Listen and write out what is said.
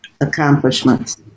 accomplishments